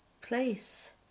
place